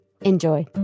enjoy